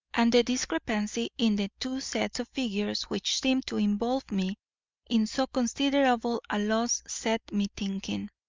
and the discrepancy in the two sets of figures which seemed to involve me in so considerable a loss set me thinking.